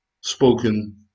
spoken